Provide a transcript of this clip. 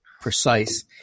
precise